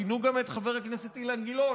פינו גם את חבר הכנסת אילן גילאון,